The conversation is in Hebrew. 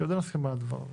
כי עוד אין הסכמה לדבר הזה.